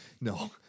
No